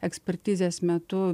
ekspertizės metu